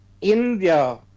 India